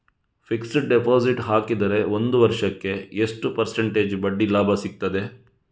Fixed deposit ಹಾಕಿದರೆ ಒಂದು ವರ್ಷಕ್ಕೆ ಎಷ್ಟು ಪರ್ಸೆಂಟೇಜ್ ಬಡ್ಡಿ ಲಾಭ ಸಿಕ್ತದೆ?